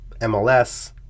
MLS